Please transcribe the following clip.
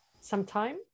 sometime